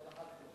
אתן לך תשובה: